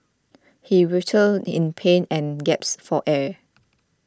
he writhed in pain and gasped for air